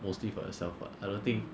mostly for yourself [what] I don't think